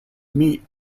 meet